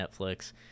Netflix